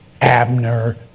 Abner